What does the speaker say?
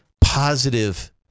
positive